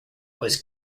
was